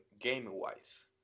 game-wise